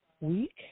week